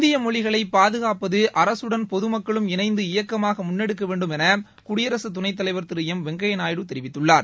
இந்திய மொழிகளை பாதுகாப்பது அரசுடன் பொதுமக்களும் இணைந்து இயக்கமாக முன்னெடுக்க வேண்டும் என குடியரசுத் துணைத் தலைவர் திரு எம் வெங்கைய்யா நாயுடு தெரிவித்துள்ளார்